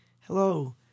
hello